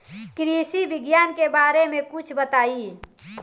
कृषि विज्ञान के बारे में कुछ बताई